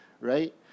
right